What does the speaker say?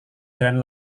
jalan